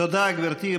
תודה, גברתי.